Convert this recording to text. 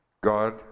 God